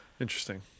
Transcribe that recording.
Interesting